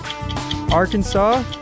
Arkansas